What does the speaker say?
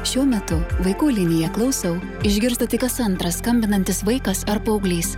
šiuo metu vaikų linija klausau išgirsta tik kas antras skambinantis vaikas ar paauglys